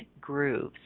grooves